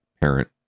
parent